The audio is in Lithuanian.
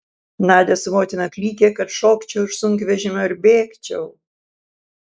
nadia su motina klykė kad šokčiau iš sunkvežimio ir bėgčiau